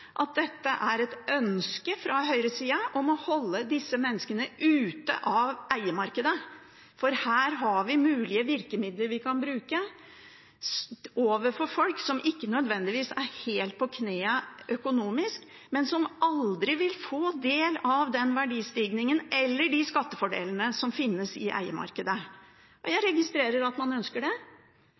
at det er et ønske fra høyresida om å holde disse menneskene ute fra eiemarkedet, for her har vi mulige virkemidler vi kan bruke overfor folk som ikke nødvendigvis er helt på knærne økonomisk sett, men som aldri vil kunne ta del i den verdistigningen eller de skattefordelene som finnes i eiemarkedet. Jeg registrerer at man ønsker det.